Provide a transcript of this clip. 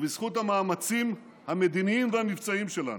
ובזכות המאמצים המדיניים והמבצעים שלנו,